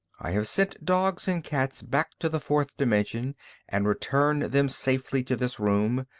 i have sent dogs and cats back to the fourth dimension and returned them safely to this room.